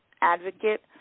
advocate